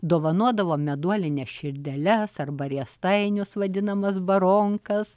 dovanodavo meduolines širdeles arba riestainius vadinamas baronkas